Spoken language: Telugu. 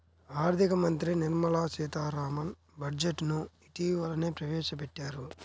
ఆర్ధిక మంత్రి నిర్మలా సీతారామన్ బడ్జెట్ ను ఇటీవలనే ప్రవేశపెట్టారు